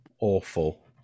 awful